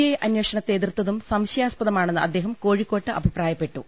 I അന്വേഷണത്തെ എതിർത്തതും സംശയാസ്പദമാണെന്ന് അദ്ദേഹം കോഴിക്കോട്ട് അഭിപ്രായപ്പെട്ടു